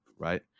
right